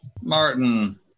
Martin